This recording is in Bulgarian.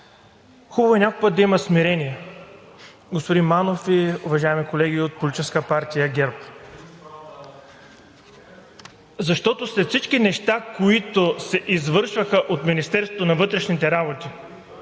Хубаво е някой път да има смирение, господин Манев и уважаеми колеги от Политическа партия ГЕРБ, защото след всички неща, които се извършваха от Министерството на вътрешните работи,